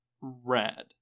red